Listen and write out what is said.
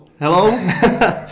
Hello